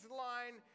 line